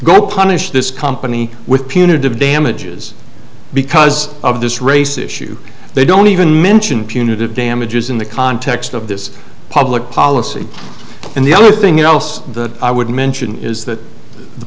go punish this company with punitive damages because of this race issue they don't even mention punitive damages in the context of this public policy and the other thing you know that i would mention is that the